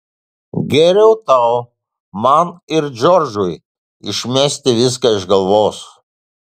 geriau tau man ir džordžui išmesti viską iš galvos